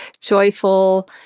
joyful